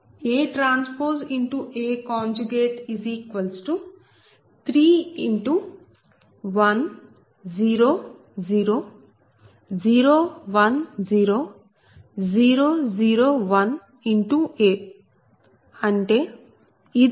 ATA31 0 0 0 1 0 0 0 1 A అంటే ఇది ATA